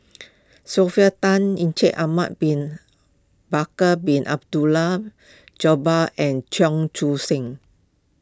Sylvia Tan Ahmad Bin Bakar Bin Abdullah Jabbar and Cheong Koon Seng